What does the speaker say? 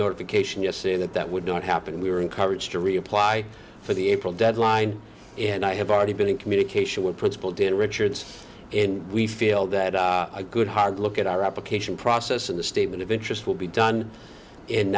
notification yes in that that would not happen we were encouraged to reapply for the april deadline and i have already been in communication with principal dan richards in we feel that a good hard look at our application process in the statement of interest will be done and